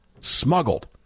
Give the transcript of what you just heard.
Smuggled